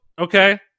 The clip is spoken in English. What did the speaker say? okay